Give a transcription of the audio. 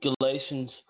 Galatians